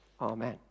Amen